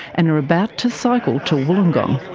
and are about to cycle to wollongong.